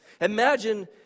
Imagine